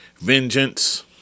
vengeance